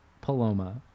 paloma